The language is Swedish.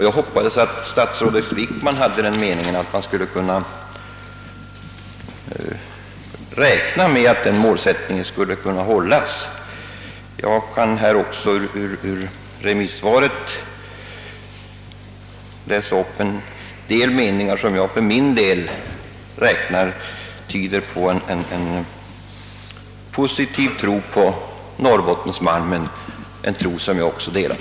Jag hoppades att statsrådet Wickman hade den meningen att man kunde räkna med att denna målsättning skulle kunna hållas. Jag skulle också kunna ur remissvaret läsa upp en del meningar som enligt min uppfattning tyder på en positiv tro på norrbottensmalmen, en tro som jag delar.